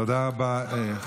תודה רבה.